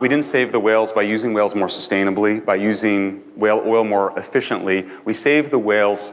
we didn't save the whales by using whales more sustainably, by using whale oil more efficiently, we saved the whales